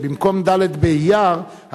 שבמקום ד' באייר,